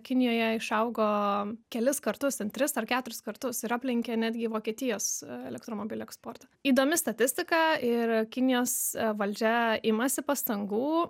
kinijoje išaugo kelis kartus ten tris ar keturis kartus ir aplenkė netgi vokietijos elektromobilių eksportą įdomi statistika ir kinijos valdžia imasi pastangų